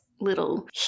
little